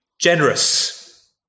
generous